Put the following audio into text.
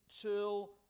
till